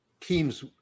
teams